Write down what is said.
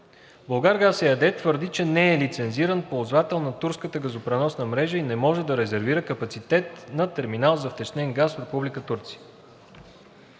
„Булгаргаз“ ЕАД твърди, че не е лицензиран ползвател на турската газопреносна мрежа и не може да резервира капацитет на терминал за втечнен газ в Република